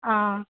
ओ